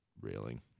railing